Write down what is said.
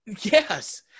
Yes